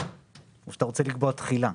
או שאתה רוצה לקבוע תחילה?